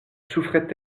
souffrait